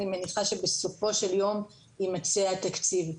אני מניחה שבסופו של יום יימצא התקציב.